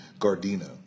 Gardena